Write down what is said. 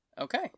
Okay